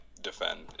defend